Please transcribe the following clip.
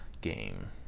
game